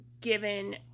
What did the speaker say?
given